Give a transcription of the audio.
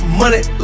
money